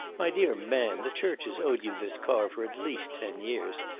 my dear man, the church has owed you this car for at least ten years.